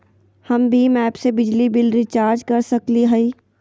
हम भीम ऐप से बिजली बिल रिचार्ज कर सकली हई?